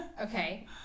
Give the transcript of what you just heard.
Okay